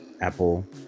apple